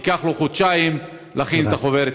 ייקח לו חודשיים להכין את החוברת.